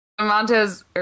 Montez